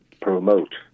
promote